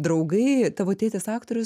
draugai tavo tėtis aktorius